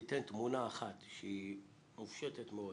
תיתן תמונה אחת שהיא מופשטת מאוד